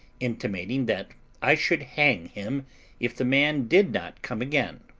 intimating that i should hang him if the man did not come again.